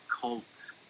cult